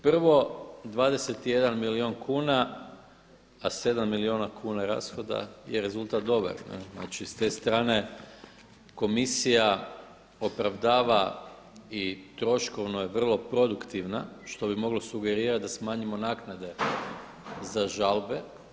Prvo 21 milijun kuna, a 7 milijuna kuna rashoda je rezultat … znači s te strane komisija opravdava i troškovno je vrlo produktivna što bi moglo sugerirati da smanjimo naknade za žalbe.